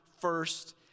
first